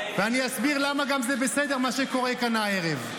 אני אסביר למה גם זה בסדר מה שקורה כאן הערב,